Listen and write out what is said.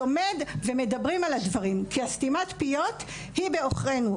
לומד ומדברים על הדברים כי סתימת הפיות היא בעוכרנו.